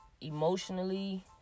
emotionally